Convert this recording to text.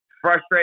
frustrated